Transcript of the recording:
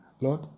Lord